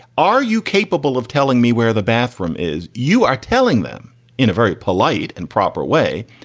are you capable of telling me where the bathroom is, you are telling them in a very polite and proper way.